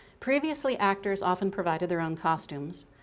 previously actors often provided their own costumes.